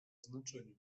znaczeniu